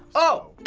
oh,